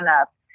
up